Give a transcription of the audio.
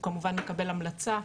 הוא כמובן מקבל המלצה,